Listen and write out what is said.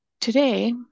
today